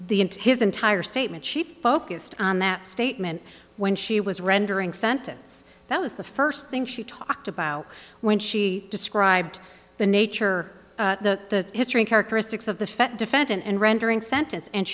into his entire statement she focused on that statement when she was rendering sentence that was the first thing she talked about when she described the nature the history characteristics of the defendant and rendering sentence and